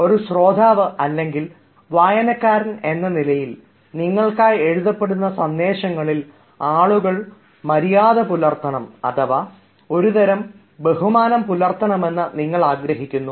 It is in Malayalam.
ഒരു ശ്രോതാവ് അല്ലെങ്കിൽ വായനക്കാരൻ എന്ന നിലയിൽ നിങ്ങൾക്കായി എഴുതപ്പെടുന്ന സന്ദേശങ്ങളിൽ ആളുകൾ മര്യാദ പുലർത്തണം അഥവാ ഒരുതരം ബഹുമാനം നിലനിർത്തണം എന്ന് നിങ്ങൾ ആഗ്രഹിക്കുന്നു